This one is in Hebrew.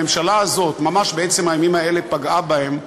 הממשלה הזאת ממש בעצם הימים האלה פגעה בהם,